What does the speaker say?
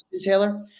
Taylor